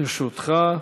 לרשותך.